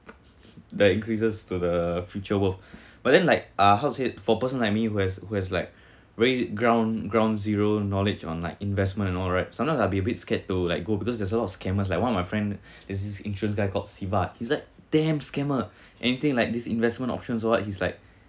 the increases to the future wealth but then like uh how to say for person like me who has who has like really ground ground zero knowledge on like investment and all right sometimes I'll be a bit scared to like go because there's a lot of scammers like one of my friend is his insurance guy called siva he's like damn scammer anything like this investment options or what he's like